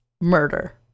murder